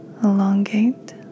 elongate